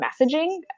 messaging